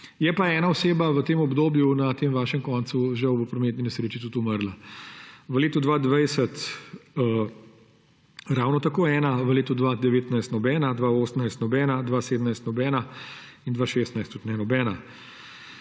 Je pa ena oseba v tem obdobju na tem vašem koncu žal v prometni nesreči tudi umrla. V letu 2020 ravno tako ena, v letu 2019 nobena, 2018 nobena, 2017 nobena in 2016 tudi ne nobena.